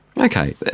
Okay